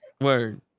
Word